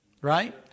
right